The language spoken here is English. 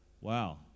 Wow